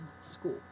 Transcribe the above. school